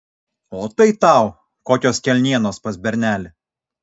o tai tau kokios kelnienos pas bernelį